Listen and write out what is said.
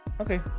Okay